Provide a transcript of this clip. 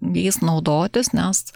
jais naudotis nes